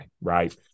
right